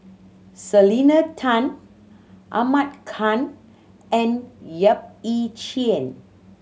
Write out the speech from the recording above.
Selena Tan Ahmad Khan and Yap Ee Chian